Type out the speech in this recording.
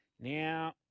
Now